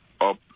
up